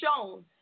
shown